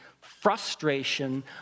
frustration